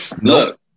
Look